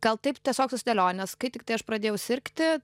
gal taip tiesiog susidėliojo nes kai tiktai aš pradėjau sirgti